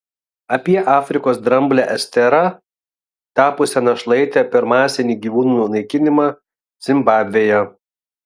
apie afrikos dramblę esterą tapusią našlaite per masinį gyvūnų naikinimą zimbabvėje